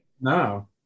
No